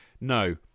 No